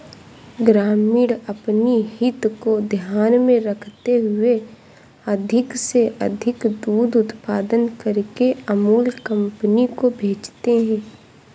ग्रामीण अपनी हित को ध्यान में रखते हुए अधिक से अधिक दूध उत्पादन करके अमूल कंपनी को भेजते हैं